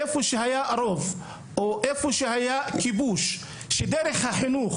איפה שהיה רוב או איפה שהיה כיבוש ודרך החינוך